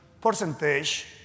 percentage